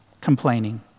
complaining